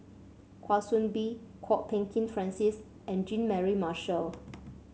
Kwa Soon Bee Kwok Peng Kin Francis and Jean Mary Marshall